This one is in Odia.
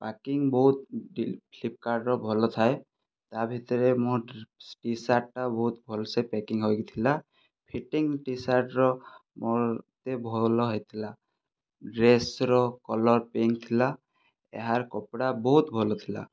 ପ୍ୟାକିଙ୍ଗ ବହୁତ ଫ୍ଲିପକାର୍ଟର ଭଲ ଥାଏ ତା ଭିତରେ ମୋ ଟିସାର୍ଟ ଟା ବହୁତ ଭଲସେ ପ୍ୟାକିଙ୍ଗ ହୋଇକି ଥିଲା ଫିଟିଙ୍ଗ ଟିସାର୍ଟର ମତେ ଭଲ ହୋଇଥିଲା ଡ୍ରେସର କଲର ପିଙ୍କ୍ ଥିଲା ଏହାର କପଡ଼ା ବହୁତ ଭଲ ଥିଲା